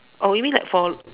oh you mean like for